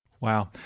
Wow